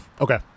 Okay